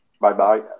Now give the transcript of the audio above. Bye-bye